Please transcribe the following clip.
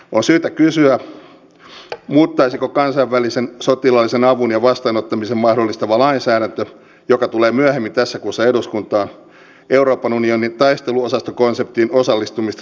on syytä kysyä muuttaisiko kansainvälisen sotilaallisen avun ja vastaanottamisen mahdollistava lainsäädäntö joka tulee myöhemmin tässä kuussa eduskuntaan euroopan unionin taisteluosastokonseptiin osallistumista suomen osalta